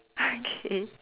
okay